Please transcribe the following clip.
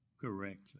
correctly